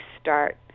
start